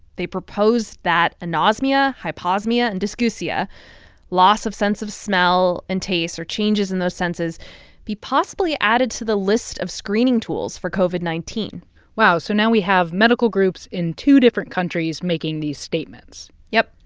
they proposed that anosmia, hyposmia and dysgeusia loss of sense of smell and taste or changes in those senses be possibly added to the list of screening tools for covid nineteen point wow. so now we have medical groups in two different countries making these statements yep.